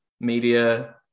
media